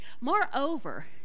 Moreover